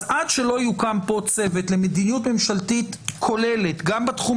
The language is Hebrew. אז עד שלא יוקם פה צוות למדיניות ממשלתית כוללת גם בתחום